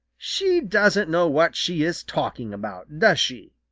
she doesn't know what she is talking about, does she?